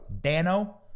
Dano